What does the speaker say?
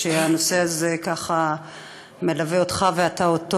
הנושא הזה מלווה אותך ואתה אותו